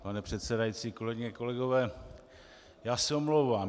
Pane předsedající, kolegyně, kolegové, já se omlouvám.